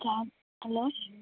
ఆ హలో